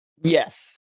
Yes